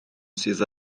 sydd